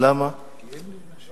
לסדר-היום מס'